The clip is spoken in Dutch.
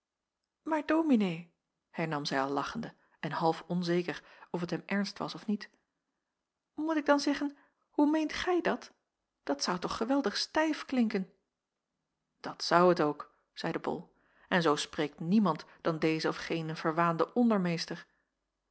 maar dominee hernam zij al lachende en half onzeker of t hem ernst was of niet moet ik dan zeggen hoe meent gij dat dat zou toch geweldig stijf klinken dat zou t ook zeide bol en zoo spreekt niemand dan deze of gene verwaande ondermeester